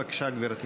בבקשה, גברתי.